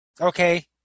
Okay